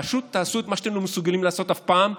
פשוט תעשו את מה שאתם לא מסוגלים לעשות אף פעם,